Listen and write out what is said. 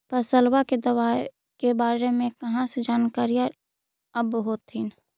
फसलबा के दबायें के बारे मे कहा जानकारीया आब होतीन?